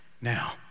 now